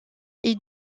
est